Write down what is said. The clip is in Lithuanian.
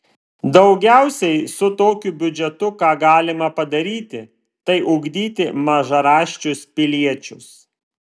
daugiausiai su tokiu biudžetu ką galima padaryti tai ugdyti mažaraščius piliečius